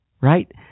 right